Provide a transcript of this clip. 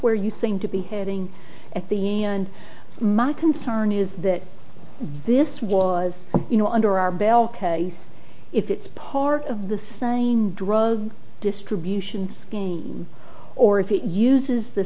where you think to be heading at the end my concern is that this was you know under our belt case if it's part of the same drug distribution skin or if it uses the